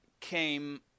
came